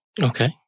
Okay